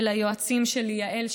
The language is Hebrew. וליועצים שלי יעל,